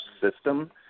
system